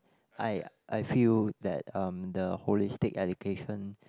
I I feel that um the holistic education